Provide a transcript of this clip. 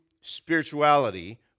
spirituality